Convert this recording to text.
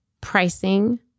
pricing